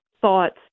thoughts